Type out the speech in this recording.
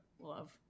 love